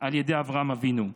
על ידי אברהם אבינו,